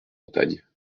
montagne